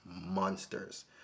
monsters